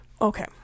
Okay